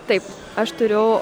taip aš turiu